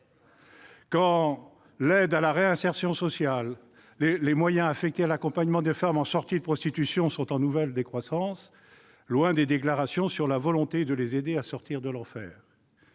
anciens migrants et les moyens affectés à l'accompagnement des femmes en sortie de prostitution sont en nouvelle décroissance, loin des déclarations sur la volonté de les aider à sortir de l'enfer.